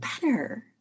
better